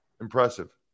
Impressive